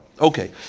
Okay